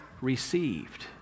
received